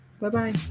Bye-bye